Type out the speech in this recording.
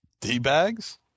D-bags